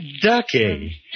ducky